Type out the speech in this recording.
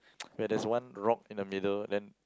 where there's one rock in the middle then